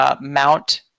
mount